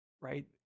right